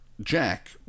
Jack